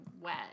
wet